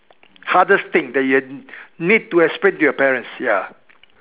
hardest thing that you need to explain to your parents ya